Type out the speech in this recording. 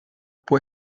può